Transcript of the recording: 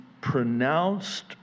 pronounced